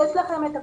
יש לכם את הכוח.